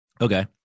Okay